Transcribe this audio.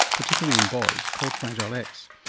particularly in boys, called fragile x,